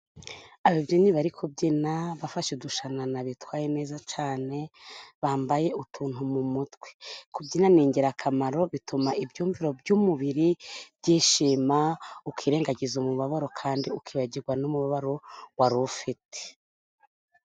Ababyinnyi bari kubyina bafashe udushanana bitwaye neza cyane, bambaye utuntu mu mutwe. Kubyina ni ingirakamaro bituma ibyumviro by'umubiri byishima, ukirengagiza umubabaro kandi ukibagirwa n'umubabaro wari ufite.